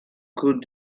coût